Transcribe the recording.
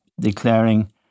declaring